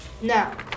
Now